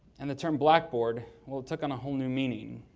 and the term blackboard, well it took on a whole new meaning.